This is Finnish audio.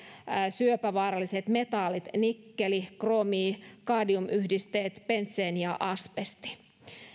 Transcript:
syöpävaaralliset metallit nikkeli kromi kadmiumyhdisteet bentseeni ja asbesti